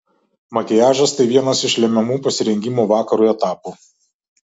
makiažas tai vienas iš lemiamų pasirengimo vakarui etapų